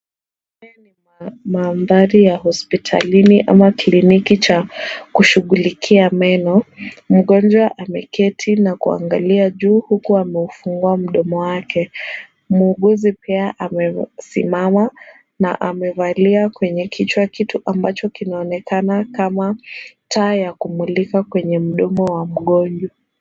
Mandhari ya hospitalini ama kliniki cha kushughulikia meno, mgonjwa ameketi na kuangalia juu, huku ameufungua mdomo wake. Muuguzi pia amesimama na amevalia kwenye kichwa kitu ambacho kinaonekana kama taa ya kumulika kwenye mdomo wa mgonjwa.